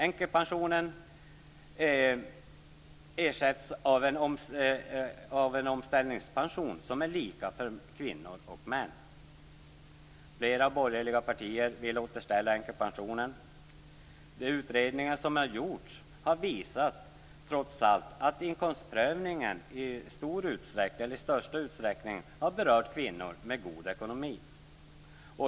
Änkepensionen ersattes av en omställningspension som är lika för kvinnor och män. Flera borgerliga partier vill återställa änkepensionen. De utredningar som gjorts visar trots allt att inkomstprövningen i största utsträckningen berört kvinnor med god ekonomi.